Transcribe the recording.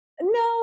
No